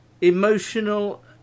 emotional